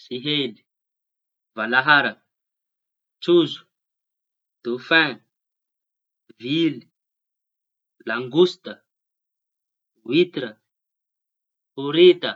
Sihely, valahara, tsondro, dôfain, vily, langosta, hoïtra, orita.